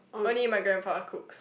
only my grandpa cooks